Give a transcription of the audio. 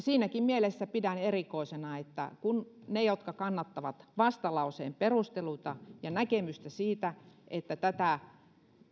siinäkin mielessä pidän erikoisena että kun ne jotka kannattavat vastalauseen perusteluita ja näkemystä että